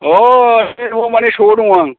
अह न'आव माने चकआव दं आं